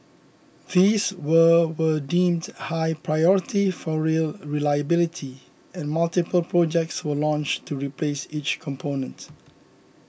these were were deemed high priority for rail reliability and multiple projects were launched to replace each component